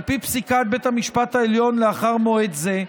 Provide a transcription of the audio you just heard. על פי פסיקת בית המשפט העליון, לאחר מועד זה,